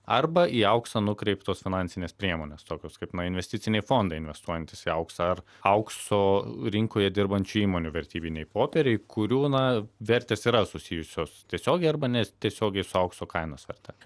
arba į auksą nukreiptos finansinės priemonės tokios kaip na investiciniai fondai investuojantys į auksą ar aukso rinkoje dirbančių įmonių vertybiniai popieriai kurių na vertės yra susijusios tiesiogiai arba netiesiogiai su aukso kainos verte